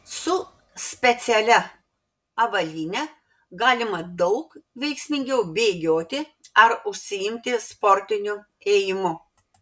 su specialia avalyne galima daug veiksmingiau bėgioti ar užsiimti sportiniu ėjimu